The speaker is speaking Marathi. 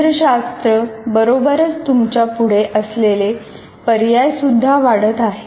तंत्रशास्त्र बरोबरच तुमच्या पुढे असलेले पर्याय सुद्धा वाढत आहेत